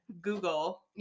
Google